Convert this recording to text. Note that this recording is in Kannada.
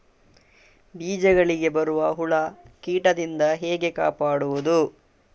ಬೀಜಗಳಿಗೆ ಬರುವ ಹುಳ, ಕೀಟದಿಂದ ಹೇಗೆ ಕಾಪಾಡುವುದು?